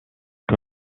que